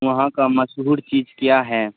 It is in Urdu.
وہاں کا مشہور چیز کیا ہے